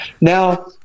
Now